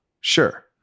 Sure